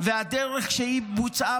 והדרך שהיא בוצעה,